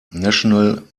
national